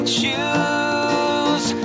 choose